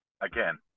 Again